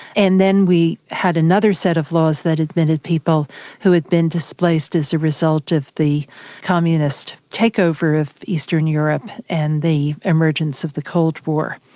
and then we had another set of laws that admitted people who had been displaced as a result of the communist takeover of eastern europe, and the emergence of the cold war.